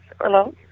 Hello